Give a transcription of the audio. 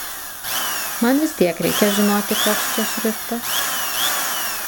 man vis tiek reikia žinoti koks čia šriftas